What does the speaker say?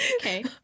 Okay